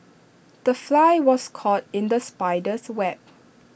the fly was caught in the spider's web